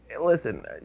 Listen